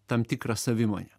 tam tikrą savimonę